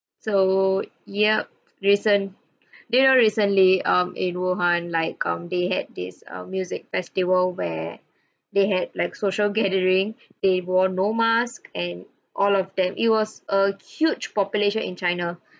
so yup recent do you know recently um in wuhan like um they had this um music festival where they had like social gathering they wore no mask and all of them it was a huge population in china